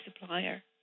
supplier